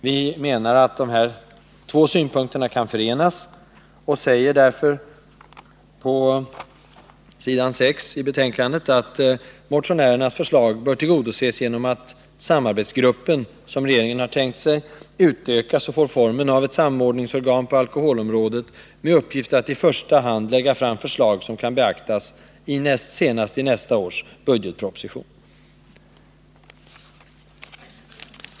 Vi menar att dessa båda synpunkter kan förenas och anger på s. 6i betänkandet att motionärernas förslag bör tillgodoses genom att den samarbetsgrupp, som regeringen planerar att tillsätta, utökas och får formen av ett samordningsorgan på alkoholområdet med uppgift att i första hand lägga fram förslag som kan beaktas senast i nästa års budgetproposition.